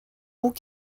roux